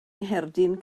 ngherdyn